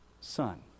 son